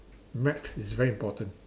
maths is very important